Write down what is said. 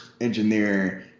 engineering